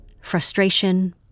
frustration